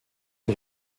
die